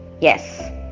yes